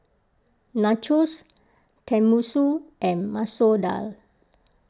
Nachos Tenmusu and Masoor Dal